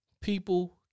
People